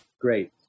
Great